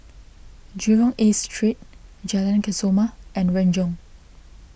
Jurong East Street Jalan Kesoma and Renjong